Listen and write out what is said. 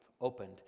opened